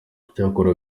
icyakora